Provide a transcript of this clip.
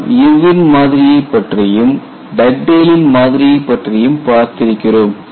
நாம் இர்வின் மாதிரியைப் பற்றியும் டக்டேலின் மாதிரியைப் பற்றியும் பார்த்திருக்கிறோம்